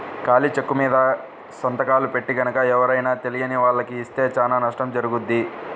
ఖాళీ చెక్కుమీద సంతకాలు పెట్టి గనక ఎవరైనా తెలియని వాళ్లకి ఇస్తే చానా నష్టం జరుగుద్ది